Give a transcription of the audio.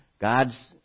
God's